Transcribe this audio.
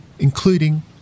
including